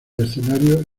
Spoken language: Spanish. escenarios